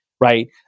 right